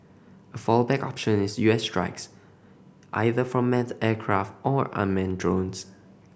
a fallback option is U S strikes either from manned aircraft or unmanned drones